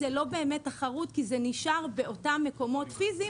זאת לא באמת תחרות כי זה נשאר באותם מקומות פיזיים.